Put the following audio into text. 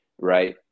right